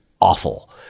awful